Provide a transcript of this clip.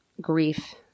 grief